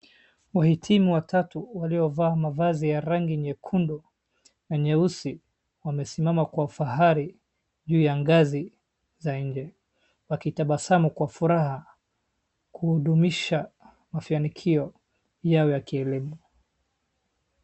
Wahitiu watatu walio vaa mazazi ya rangi nyekundu na nyeusi wamesimama kwa fahari juu ya ngazi za inje, wakitabasamu kwa furaha kuhudumisha mafanikio yao ya kielimu.